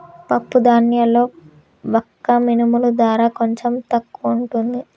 పప్పు ధాన్యాల్లో వక్క మినుముల ధర కొంచెం తక్కువుంటది